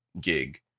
gig